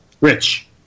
Rich